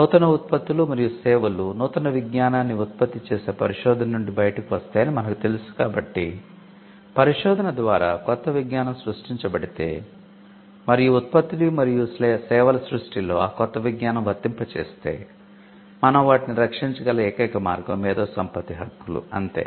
నూతన ఉత్పత్తులు మరియు సేవలు నూతన విజ్ఞానాన్ని ఉత్పత్తి చేసే పరిశోధన నుండి బయటకు వస్తాయని మనకు తెలుసు కాబట్టి పరిశోధన ద్వారా కొత్త విజ్ఞానం సృష్టించబడితే మరియు ఉత్పత్తులు మరియు సేవల సృష్టిలో ఆ కొత్త విజ్ఞానం వర్తింపజేస్తే మనం వాటిని రక్షించగల ఏకైక మార్గం మేధో సంపత్తి హక్కులు అంతే